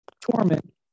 torment